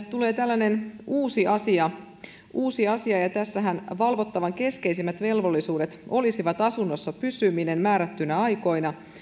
tulee tällainen uusi asia uusi asia tässähän valvottavan keskeisimmät velvollisuudet olisivat asunnossa pysyminen määrättyinä aikoina